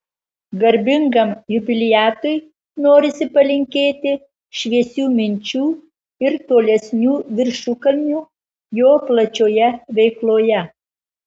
garbingam jubiliatui norisi palinkėti šviesių minčių ir tolesnių viršukalnių jo plačioje veikloje